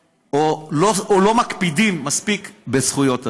או: לא מקפידים מספיק בזכויות אדם.